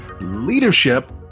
Leadership